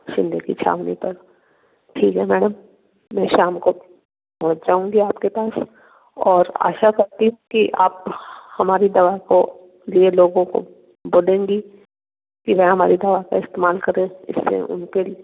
शिंदे की छावनी पर ठीक है मैडम मैं शाम को पहुँच जाऊँगी आपके पास और आशा करती हूँ कि आप हमारी दवा को ढेर लोगों को बोलेंगी कि वह हमारी दवा का इस्तेमाल करें इससे उनके